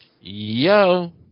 Yo